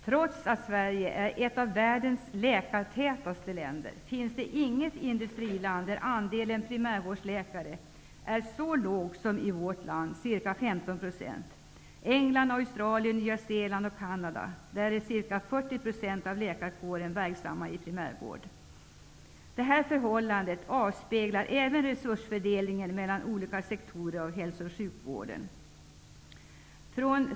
Trots att Sverige är ett av världens läkartätaste länder finns det inget industriland där andelen primärvårdsläkare är så liten som i vårt land -- ca Canada är ca 40 % av läkarkåren verksam i primärvård. Detta förhållande avspeglar även resursfördelningen mellan olika sektorer av hälsooch sjukvården.